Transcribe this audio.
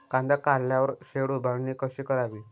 कांदा काढल्यावर शेड उभारणी कशी करावी?